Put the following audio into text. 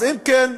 אם כן,